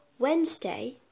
Wednesday